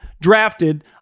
drafted